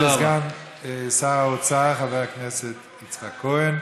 תודה רבה לסגן שר האוצר חבר הכנסת יצחק כהן.